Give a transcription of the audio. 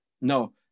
No